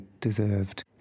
deserved